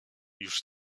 już